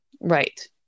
Right